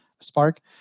Spark